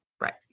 Right